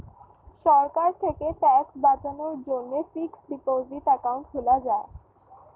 সরকার থেকে ট্যাক্স বাঁচানোর জন্যে ফিক্সড ডিপোসিট অ্যাকাউন্ট খোলা যায়